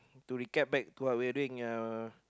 to recap back to what we are doing